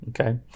Okay